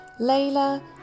Layla